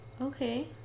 okay